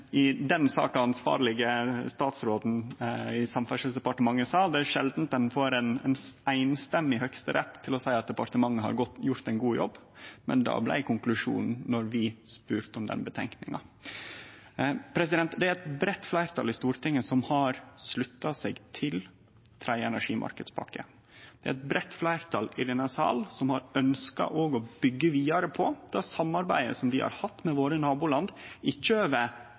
statsråden i Samferdselsdepartementet sa, er det sjeldan ein får ein samrøystes Høgsterett til å seie at departementet har gjort ein god jobb, men det blei konklusjonen då vi spurde om den utgreiinga. Det er eit breitt fleirtal i Stortinget som har slutta seg til tredje energimarknadspakke. Det er eit breitt fleirtal i denne sal som har ønskt å byggje vidare på det samarbeidet vi har hatt med våre naboland – ikkje